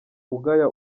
ugaya